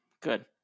good